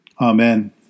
Amen